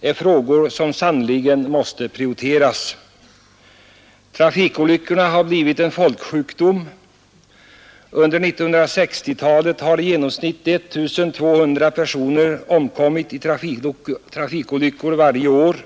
är frågor som sannerligen måste prioriteras. Trafikolyckorna har blivit en folksjukdom. Under 1960-talet har i genomsnitt 1 200 personer omkommit i trafikolyckor varje år.